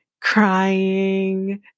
crying